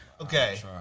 Okay